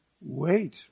wait